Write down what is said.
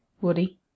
Woody